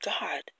God